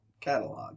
catalog